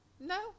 No